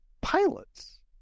pilots